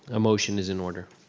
a motion is in order.